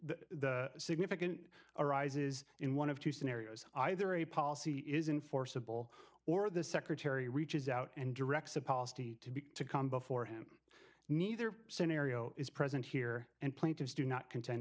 the significant arises in one of two scenarios either a policy is enforceable or the secretary reaches out and directs a policy to be to come before him neither scenario is present here and plaintiffs do not conten